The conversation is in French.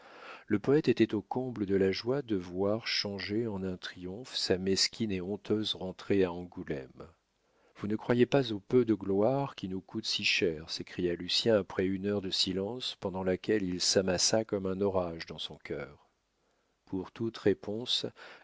le poète était au comble de la joie de voir changer en un triomphe sa mesquine et honteuse rentrée à angoulême vous ne croyez pas au peu de gloire qui nous coûte si cher s'écria lucien après une heure de silence pendant laquelle il s'amassa comme un orage dans son cœur pour toute réponse